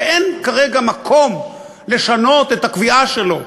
ואין כרגע מקום לשנות את הקביעה שלו.